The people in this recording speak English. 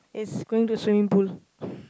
is going to swimming pool